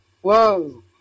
Whoa